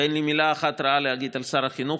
ואין לי מילה אחת רעה להגיד על שר החינוך,